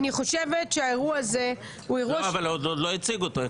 אני חושבת שהאירוע הזה הוא אירוע --- עוד לא הציגו אותו.